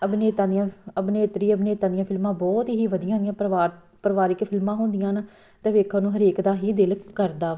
ਅਭਿਨੇਤਾ ਦੀਆਂ ਅਭਿਨੇਤਰੀ ਅਭਿਨੇਤਾ ਦੀਆਂ ਫਿਲਮਾਂ ਬਹੁਤ ਹੀ ਵਧੀਆਂ ਹੁੰਦੀਆਂ ਪਰਿਵਾਰ ਪਰਿਵਾਰਿਕ ਫਿਲਮਾਂ ਹੁੰਦੀਆਂ ਹਨ ਤਾਂ ਵੇਖਣ ਨੂੰ ਹਰੇਕ ਦਾ ਹੀ ਦਿਲ ਕਰਦਾ